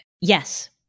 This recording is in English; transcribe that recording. Yes